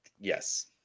Yes